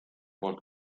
poolt